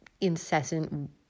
incessant